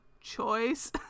choice